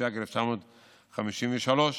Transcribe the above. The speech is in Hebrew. התשי"ג 1953,